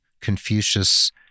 Confucius